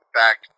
back